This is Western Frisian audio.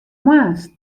moarns